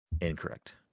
Incorrect